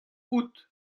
out